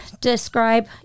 Describe